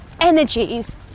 energies